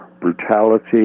brutality